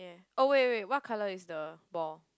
oh wait wait wait what colour is the ball